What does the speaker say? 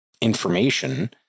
information